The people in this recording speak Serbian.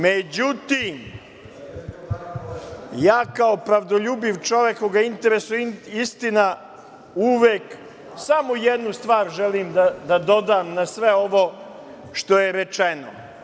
Međutim, ja kao pravdoljubiv čovek koga interesuje istina uvek samo jednu stvar želim da dodam na sve ovo što je rečeno.